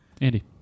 Andy